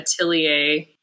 atelier